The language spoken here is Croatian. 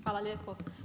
Hvala lijepo.